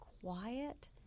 quiet